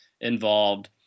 involved